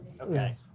Okay